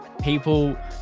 people –